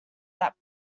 that